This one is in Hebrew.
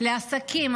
לעסקים,